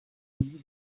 nieuwe